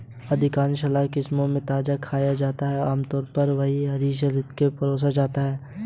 अधिकांश सलाद किस्मों को ताजा खाया जाता है और आमतौर पर हरी सलाद के रूप में परोसा जाता है